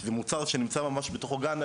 שהיא מוצר שנמצא ממש בתוך הגן,